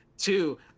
two